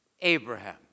Abraham